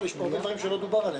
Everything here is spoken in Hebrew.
דברים שלא דובר עליהם.